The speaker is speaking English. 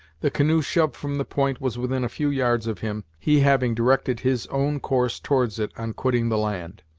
the canoe shoved from the point was within a few yards of him, he having directed his own course towards it on quitting the land.